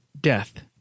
death